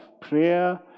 Prayer